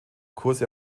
kurse